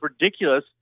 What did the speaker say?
ridiculous